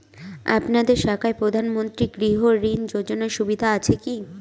আপনাদের শাখায় প্রধানমন্ত্রী গৃহ ঋণ যোজনার সুবিধা আছে কি?